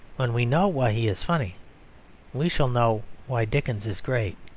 when we know why he is funny we shall know why dickens is great.